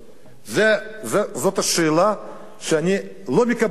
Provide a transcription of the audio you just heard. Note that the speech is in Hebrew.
זאת השאלה שאני לא מקבל עליה תשובה.